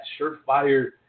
surefire